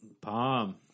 Palm